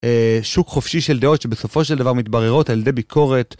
אה... שוק חופשי של דעות, שבסופו של דבר מתבררות על ידי ביקורת.